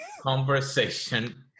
conversation